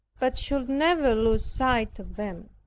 but should never lose sight of them.